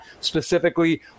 specifically